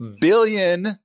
billion